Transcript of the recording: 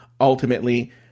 ultimately